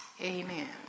Amen